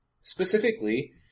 Specifically